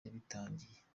yabitangiye